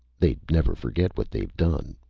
they'd never forget what they've done.